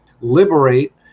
liberate